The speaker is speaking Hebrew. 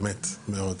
באמת, מאוד.